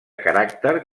caràcter